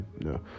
no